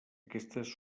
aquests